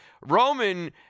Roman